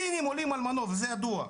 סינים עולים על מנוף זה ידוע.